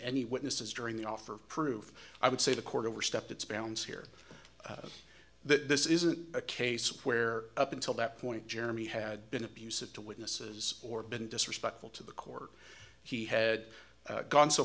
any witnesses during the offer of proof i would say the court overstepped its bounds here that this isn't a case where up until that point jeremy had been abusive to witnesses or been disrespectful to the court he had gone so